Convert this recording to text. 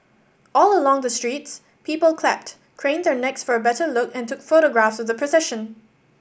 all along the streets people clapped craned their necks for a better look and took photographs of the procession